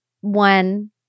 One